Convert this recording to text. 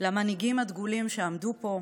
למנהיגים הדגולים שעמדו פה,